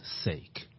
sake